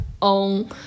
on